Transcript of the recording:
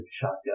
shotgun